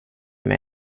mig